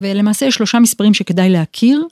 ולמעשה שלושה מספרים שכדאי להכיר.